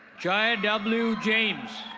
jia w james.